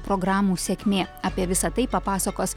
programų sėkmė apie visa tai papasakos